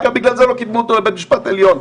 ורק בגלל זה לא קידמו אותו לבית המשפט העליון.